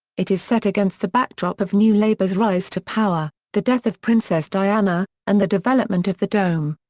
it is set against the backdrop of new labour's rise to power, the death of princess diana, and the development of the dome.